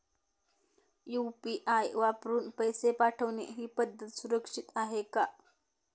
UPI वापरून पैसे पाठवणे ही पद्धत सुरक्षित आहे का?